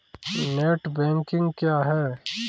Net banking क्या है?